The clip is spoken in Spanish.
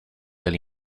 del